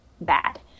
bad